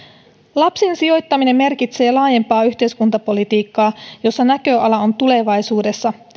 lapsiin sijoittaminen merkitsee laajempaa yhteiskuntapolitiikkaa jossa näköala on tulevaisuudessa